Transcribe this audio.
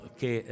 che